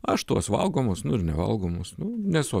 aš tuos valgomus nevalgomus nu nesu